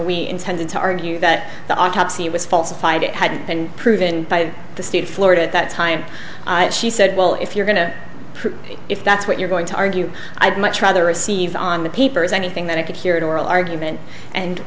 we intended to argue that the autopsy was falsified it had been proven by the state of florida at that time and she said well if you're going to prove if that's what you're going to argue i'd much rather receive on the papers anything that i could hear at oral argument and